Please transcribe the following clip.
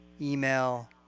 email